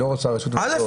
קודם כל,